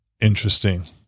interesting